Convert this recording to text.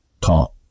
talk